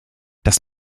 das